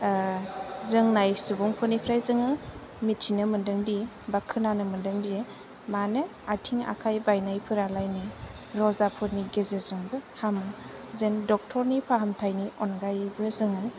रोंनाय सुबुंफोरनिफ्राय जोङो मिथिनो मोन्दोंदि बा खोनानो मोनदोंदि मानो आथिं आखाय बायनायफोरालायनो अजाफोरनि गेजेरजोंबो हामो जेन डक्टरनि फाहामथायनि अनगायैबो जोङो